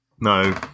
No